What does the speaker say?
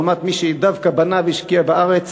לעומת זאת, מי שדווקא בנה והשקיע בארץ,